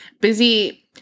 busy